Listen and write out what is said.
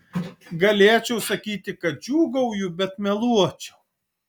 galėčiau sakyti kad džiūgauju bet meluočiau